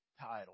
title